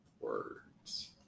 words